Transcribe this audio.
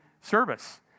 service